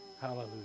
hallelujah